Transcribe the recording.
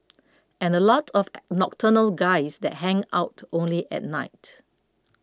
and a lot of nocturnal guys that hang out only at night